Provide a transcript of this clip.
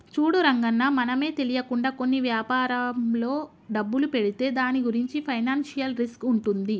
చూడు రంగన్న మనమే తెలియకుండా కొన్ని వ్యాపారంలో డబ్బులు పెడితే దాని గురించి ఫైనాన్షియల్ రిస్క్ ఉంటుంది